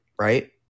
right